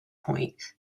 point